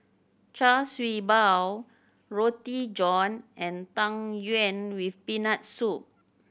Char Siew Bao Roti John and Tang Yuen with Peanut Soup